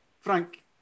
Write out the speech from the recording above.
Frank